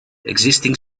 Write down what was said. existing